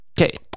Okay